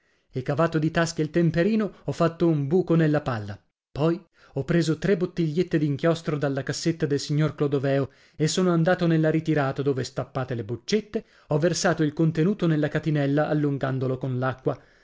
cavato di tasca il temperino ho fatto un buco nella palla poi ho preso tre bottigliette d'inchiostro dalla cassetta del signor clodoveo e sono andato nella ritirata dove stappate le boccette ho versato il contenuto nella catinella allungandolo con